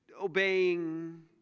obeying